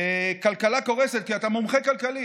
הכלכלה קורסת, כי אתה מומחה כלכלי,